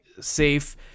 safe